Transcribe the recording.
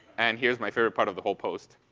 and here's my favorite part of the whole post.